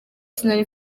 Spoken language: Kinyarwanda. sinari